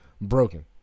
broken